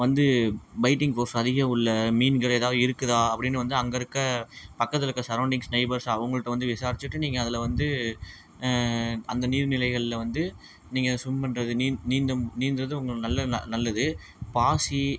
வந்து biting force அதிகம் உள்ள மீன்கள் எதாவது இருக்குதா அப்படின்னு வந்து அங்கே இருக்கற பக்கத்தில் இருக்கற சரௌண்டிங்ஸ் நெய்பர்ஸ் அவங்கள்ட்ட வந்து விசாரித்திட்டு நீங்கள் அதில் வந்து அந்த நீர் நிலைகளில் வந்து நீங்கள் ஸ்விம் பண்ணுறது நீ நீந்து நீந்துறது உங்களுக்கு நல்ல நல்லது பாசி